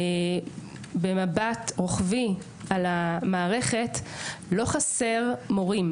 במבט רוחבי על המערכת לא חסרים מורים,